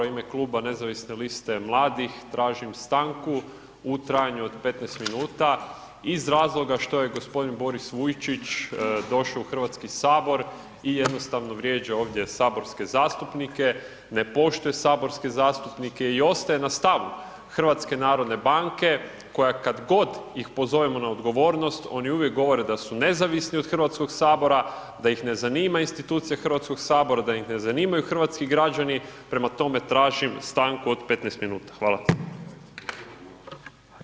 U ime Kluba nezavisne liste mladih tražim stanku u trajanju od 15 minuta, iz razloga što je gospodin Boris Vujčić došao u Hrvatski sabor i jednostavno vrijeđa ovdje saborske zastupnike, ne poštuje saborske zastupnike i ostaje na stavu Hrvatske narodne banke koja kad god ih pozovemo na odgovornost, oni uvijek govore da su nezavisni od Hrvatskog sabora, da ih ne zanima institucija Hrvatskog sabora, da ih ne zanimaju hrvatski građani, prema tome tražim stanku od 15 minuta.